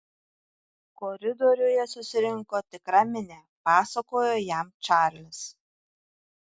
koridoriuje susirinko tikra minia pasakojo jam čarlis